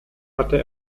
hatte